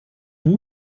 und